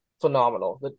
phenomenal